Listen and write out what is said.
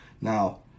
Now